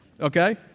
okay